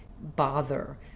bother